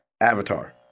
avatar